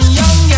young